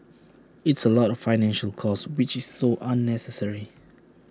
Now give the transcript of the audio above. it's A lot financial cost which is so unnecessary